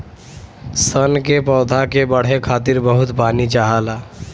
सन के पौधा के बढ़े खातिर बहुत पानी चाहला